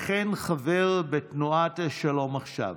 וכן חבר בתנועת שלום עכשיו.